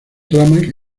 ramas